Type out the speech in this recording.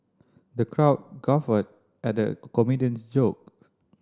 the crowd guffawed at the comedian's joke